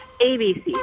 ABC